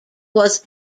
was